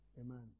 Amen